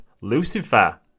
Lucifer